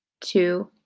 two